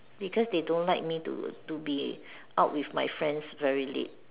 because they don't like me to to be out with my friends very late